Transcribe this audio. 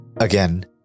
Again